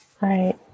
Right